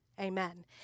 Amen